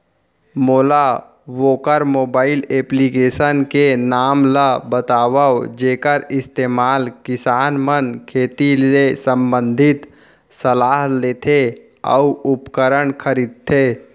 मोला वोकर mobile application के नाम ल बतावव जेखर इस्तेमाल किसान मन खेती ले संबंधित सलाह लेथे अऊ उपकरण खरीदथे?